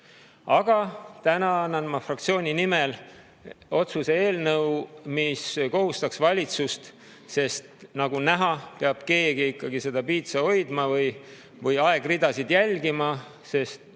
Aga täna annan ma fraktsiooni nimel üle otsuse eelnõu, mis kohustaks valitsust, sest nagu näha, peab keegi ikkagi seda piitsa hoidma või aegridasid jälgima.